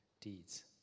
deeds